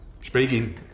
speaking